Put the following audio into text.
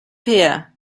here